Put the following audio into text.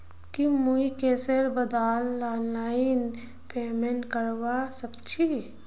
की मुई कैशेर बदला ऑनलाइन पेमेंट करवा सकेछी